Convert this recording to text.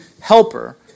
helper